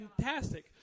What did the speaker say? fantastic